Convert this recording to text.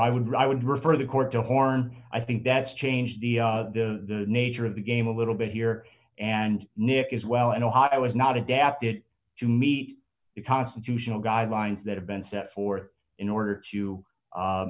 i would i would refer the court to horn i think that's changed the nature of the game a little bit here and nick is well and ohio is not adapted to meet the constitutional guidelines that have been set forth in order to